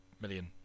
million